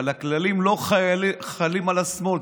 אבל הכללים לא חלים על השמאל,